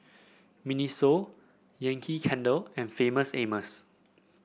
Miniso Yankee Candle and Famous Amos